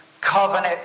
Covenant